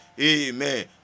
Amen